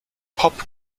pop